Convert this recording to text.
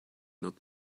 not